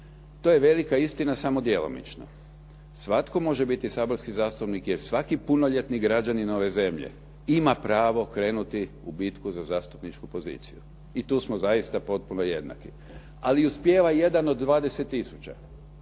To je velika istina samo djelomično. Svatko može biti saborski zastupnik, jer svaki punoljetni građanin ove zemlje ima pravo krenuti u bitku za zastupničku poziciju. I tu smo zaista potpuno jednaki ali uspijeva jedan od 20